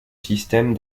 système